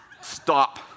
stop